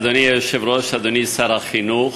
אדוני היושב-ראש, אדוני שר החינוך,